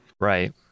right